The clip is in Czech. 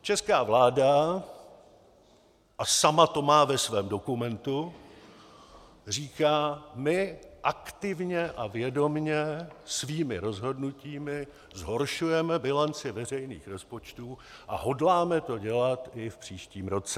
Česká vláda, a sama to má ve svém dokumentu, říká: my aktivně a vědomě svými rozhodnutími zhoršujeme bilanci veřejných rozpočtů a hodláme to dělat i v příštím roce.